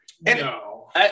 No